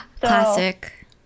classic